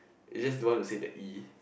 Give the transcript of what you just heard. is just don't want to say the E